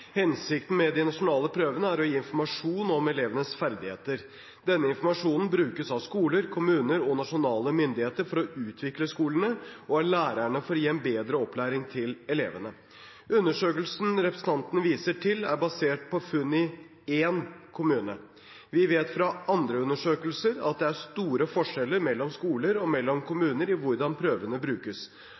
Hensikten med de nasjonale prøvene er å gi informasjon om elevenes ferdigheter. Denne informasjonen brukes av skoler, kommuner og nasjonale myndigheter for å utvikle skolene og av lærerne for å gi en bedre opplæring til elevene. Undersøkelsen representanten viser til, er basert på funn i én kommune. Vi vet fra andre undersøkelser at det er store forskjeller mellom skoler og mellom kommuner i hvordan prøvene brukes.